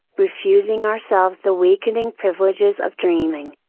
refusing ourselves the weakening privileges of dreaming,